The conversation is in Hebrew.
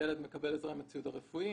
ילד מקבל עזרה בציוד הרפואי